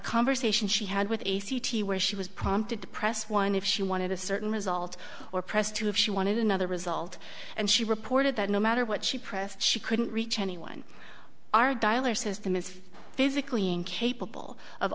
conversation she had with a c t where she was prompted to press one if she wanted a certain result or press two if she wanted another result and she reported that no matter what she pressed she couldn't reach anyone are dialer system is physically incapable of